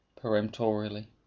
peremptorily